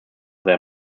their